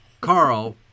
Carl